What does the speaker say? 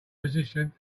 position